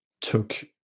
took